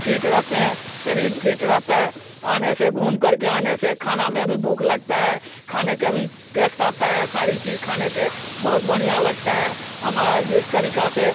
fit रहते हैं शरीर फिट रहता है आने से घूमकर के आने से खाना में भी भूख लगता है खाने का भी टेस्ट आता है सारी चीज़ खाने के बहुत बढ़िया लगता है हमारा जिस तरीक़ा से